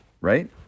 Right